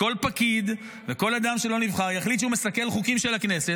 וכל פקיד וכל אדם שלא נבחר יחליט שהוא מסכל חוקים של הכנסת.